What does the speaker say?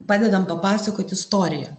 padedam papasakot istoriją